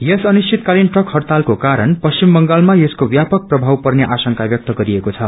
यस अनिश्वितकालीन ट्रक हड़तालको कारण पश्चिम बंगालमा यसको व्यापक प्रभाव पर्ने आशंका व्यक्त गरिएको छ